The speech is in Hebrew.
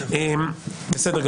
אני